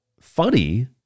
funny